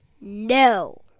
No